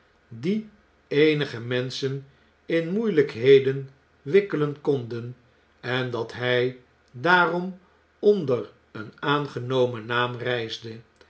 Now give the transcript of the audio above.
die eenige menschen in moeielgkheden wikkelen konden en dat hij daarom onder een aangenomen naam reisde